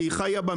כי חיה במשרד.